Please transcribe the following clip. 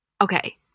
okay